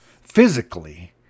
physically